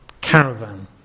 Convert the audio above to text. caravan